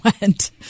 went